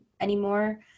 anymore